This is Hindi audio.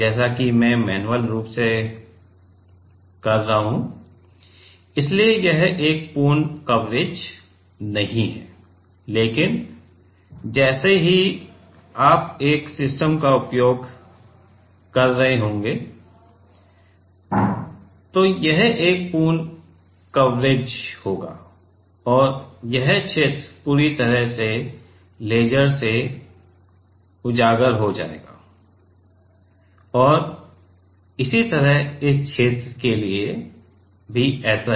जैसा कि मैं मैन्युअल रूप से कर रहा हूं इसलिए यह एक पूर्ण कवरेज नहीं है लेकिन जैसे कि जब आप एक सिस्टम का उपयोग कर रहे होंगे तो यह एक पूर्ण कवरेज होगा और यह क्षेत्र पूरी तरह से लेजर से उजागर हो जाएगा और इसी तरह इस क्षेत्र के लिए भी है